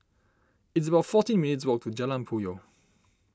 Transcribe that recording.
it's about fourteen minutes' walk to Jalan Puyoh